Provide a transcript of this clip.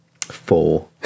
Four